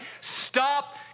stop